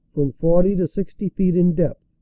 from forty to sixty feet in depth,